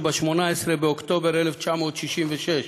שב-18 באוקטובר 1966,